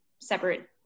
separate